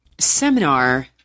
Seminar